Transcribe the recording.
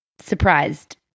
surprised